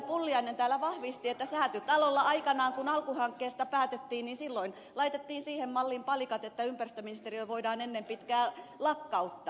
pulliainen täällä vahvisti että säätytalolla aikanaan kun alku hankkeesta päätettiin laitettiin siihen malliin palikat että ympäristöministeriö voidaan ennen pitkää lakkauttaa